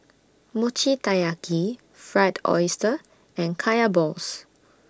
Mochi Taiyaki Fried Oyster and Kaya Balls